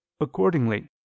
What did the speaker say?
accordingly